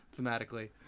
thematically